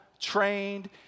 trained